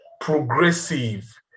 progressive